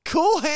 Cool